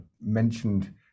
mentioned